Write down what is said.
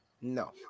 No